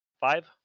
five